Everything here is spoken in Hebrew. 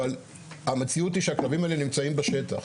אבל המציאות היא שהכלבים האלה נמצאים בשטח.